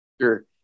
Sure